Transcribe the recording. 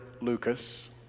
Lucas